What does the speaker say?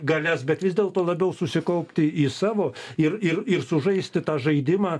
galias bet vis dėlto labiau susikaupti į savo ir ir ir sužaisti tą žaidimą